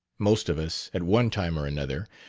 most of us, at one time or another,